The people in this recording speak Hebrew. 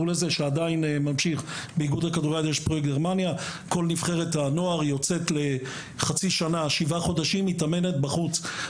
כל נבחרת הנוער יוצאת להתאמן בחוץ,